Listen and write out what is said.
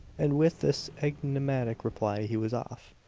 and with this enigmatic reply he was off.